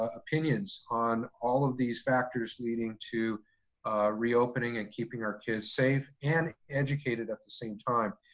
opinions on all of these factors leading to reopening and keeping our kids safe and educated at the same time.